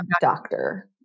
doctor